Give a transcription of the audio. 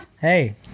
Hey